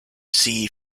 sea